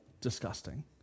disgusting